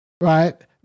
right